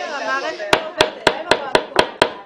אבל מכיוון שהישיבה נדחתה נבצר ממנה להגיע והיא ביקשה לדחות את הנושא.